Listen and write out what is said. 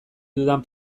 dudan